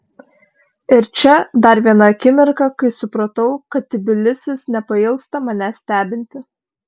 ir čia dar viena akimirka kai supratau kad tbilisis nepailsta manęs stebinti